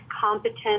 competent